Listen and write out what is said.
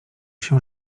się